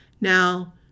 Now